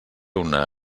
una